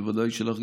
בוודאי שלך,